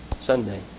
Sunday